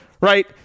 right